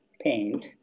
paint